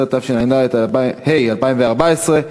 16), התשע"ה 2014,